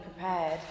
prepared